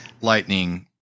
lightning